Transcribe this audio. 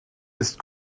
ist